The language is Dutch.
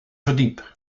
verdiep